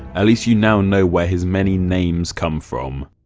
at least you now know where his many names come from.